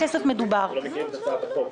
אנחנו לא מכירים את הצעת החוק.